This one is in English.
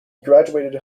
graduated